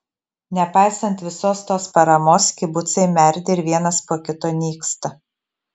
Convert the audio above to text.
nepaisant visos tos paramos kibucai merdi ir vienas po kito nyksta